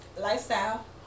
Lifestyle